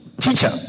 Teacher